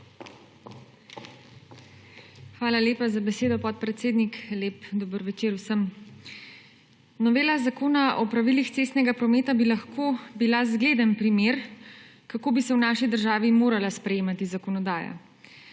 Hvala lepa za besedo, podpredsednik. Lep dober večer vsem! Novela Zakona o pravilih cestnega prometa bi lahko bila zgleden primer, kako bi se v naši državi morala sprejemati zakonodaja.